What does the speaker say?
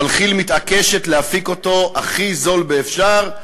אבל כי"ל מתעקשת להפיק אותו הכי זול שאפשר,